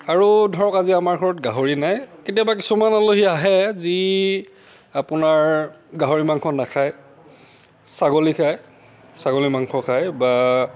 আৰু ধৰক আজি আমাৰ ঘৰত গাহৰি নাই কেতিয়াবা কিছুমান আলহী আহে যি আপোনাৰ গাহৰি মাংস নাখায় ছাগলী খায় ছাগলী মাংস খায় বা